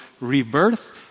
rebirth